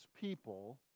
people